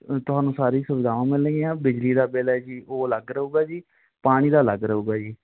ਤੁਹਾਨੂੰ ਸਾਰੀ ਸੁਵਿਧਾਵਾਂ ਮਿਲਣਗੀਆਂ ਬਿਜਲੀ ਦਾ ਬਿਲ ਹੈ ਜੀ ਉਹ ਅਲੱਗ ਰਹੂਗਾ ਜੀ ਪਾਣੀ ਦਾ ਅਲੱਗ ਰਹੂਗਾ ਜੀ